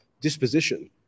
disposition